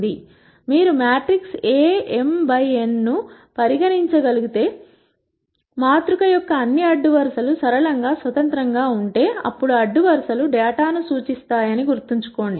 మీరు matrix A m by n ను పరిగణించగలిగితే మాతృక యొక్క అన్ని అడ్డు వరుసలు సరళంగా స్వతంత్రంగా ఉంటే అప్పుడు అడ్డువరుసలు డేటాను సూచిస్తాయని గుర్తుంచుకోండి